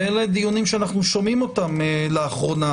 אלה דיונים שאנו שומעים אותם לאחרונה,